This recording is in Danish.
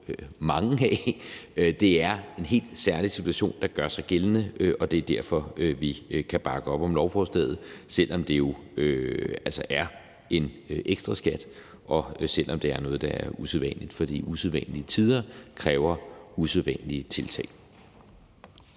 mange af. Det er en helt særlig situation, der gør sig gældende, og det er derfor, vi kan bakke op om lovforslaget, selv om det jo er en ekstraskat, og selv om det er noget, der er usædvanligt, fordi udsædvanlig tider kræver usædvanlige tiltag.